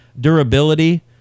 durability